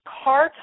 car